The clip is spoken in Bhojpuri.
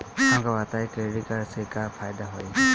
हमका बताई क्रेडिट कार्ड से का फायदा होई?